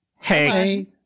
Hey